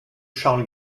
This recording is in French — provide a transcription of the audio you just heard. charles